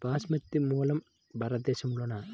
బాస్మతి మూలం భారతదేశంలోనా?